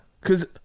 Because-